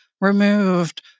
removed